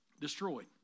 destroyed